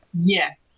Yes